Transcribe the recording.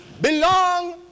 belong